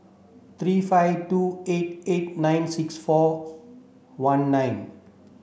three five two eight eight nine six four one nine